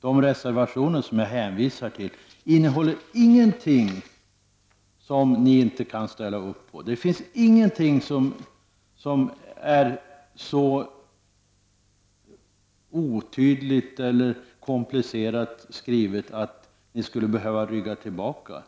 De reservationer som jag hänvisar till innehåller ingenting som ni socialdemokrater inte kan ställa er bakom. Det finns ingenting som är så otydligt eller komplicerat skrivet att ni skulle behöva rygga tillbaka.